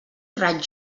raig